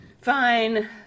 Fine